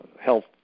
health